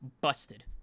Busted